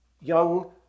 Young